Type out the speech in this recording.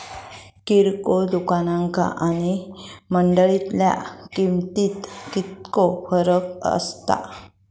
किरकोळ दुकाना आणि मंडळीतल्या किमतीत कितको फरक असता?